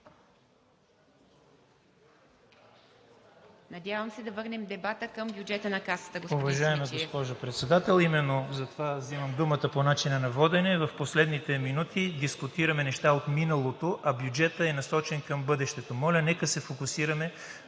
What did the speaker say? Надявам се да върнем дебата към бюджета на Касата,